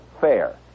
fair